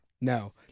No